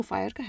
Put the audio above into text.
Fire